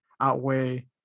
outweigh